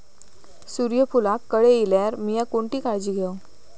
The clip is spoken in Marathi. सूर्यफूलाक कळे इल्यार मीया कोणती काळजी घेव?